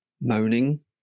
moaning